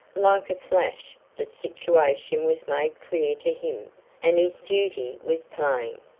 like a flash the situation was made clear to him and his duty was plain.